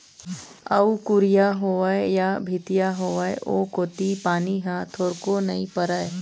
अउ कुरिया होवय या भीतिया होवय ओ कोती पानी ह थोरको नइ परय